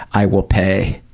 i will pay,